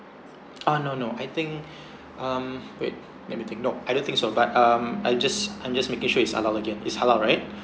ah no no I think um wait let me think nope I don't think so but um I just I'm just making sure is halal again is halal right